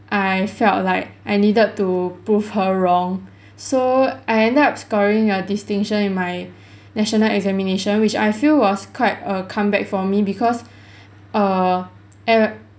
I felt like I needed to prove her wrong so I end up scoring a distinction in my national examination which I feel was quite a comeback for me because err